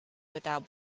without